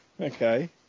Okay